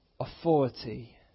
Authority